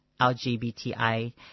LGBTI